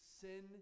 sin